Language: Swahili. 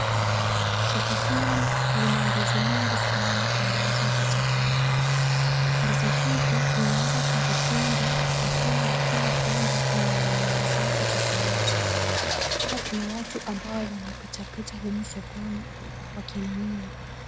Soko hili lina ndizi mingi sana ambazo zijaiva. Ndizi hivi vimewekwa kwa vikundi kwa kuwa kila kundi ni la muuzaji tofauti. Pia kuna watu wanapitapita humu sokoni wakinunua.